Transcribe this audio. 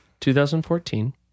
2014